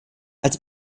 als